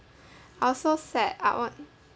I was so sad I want